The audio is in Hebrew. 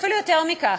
אפילו יותר מכך,